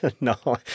No